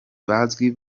bazwi